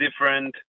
different